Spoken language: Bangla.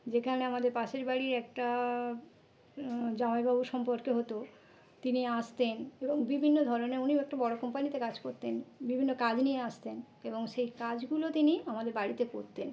যেকানে আমাদের পাশের বাড়ির একটা জামাইবাবু সম্পর্কে হতো তিনি আসতেন এবং বিভিন্ন ধরনের উনিও একটা বড়ো কোম্পানিতে কাজ করতেন বিভিন্ন কাজ নিয়ে আসতেন এবং সেই কাজগুলো তিনি আমাদের বাড়িতে করতেন